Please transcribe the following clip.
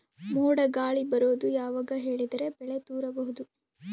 ಮೋಡ ಗಾಳಿ ಬರೋದು ಯಾವಾಗ ಹೇಳಿದರ ಬೆಳೆ ತುರಬಹುದು?